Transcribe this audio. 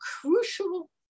crucial